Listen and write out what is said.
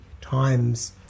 times